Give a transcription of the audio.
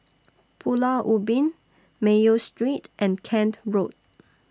Pulau Ubin Mayo Street and Kent Road